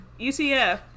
UCF